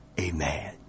amen